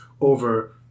over